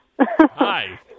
Hi